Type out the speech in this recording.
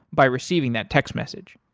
by receiving that text message.